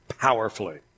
powerfully